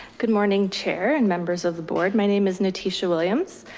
good morning chair and members of the board. my name is natisha williams,